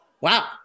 wow